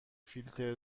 فیلتر